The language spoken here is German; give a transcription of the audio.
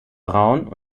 braun